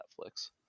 Netflix